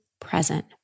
present